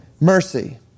mercy